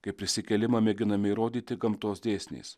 kaip prisikėlimą mėginame įrodyti gamtos dėsniais